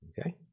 Okay